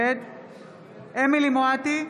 נגד אמילי חיה מואטי,